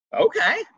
okay